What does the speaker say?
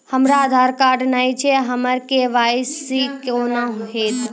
हमरा आधार कार्ड नई छै हमर के.वाई.सी कोना हैत?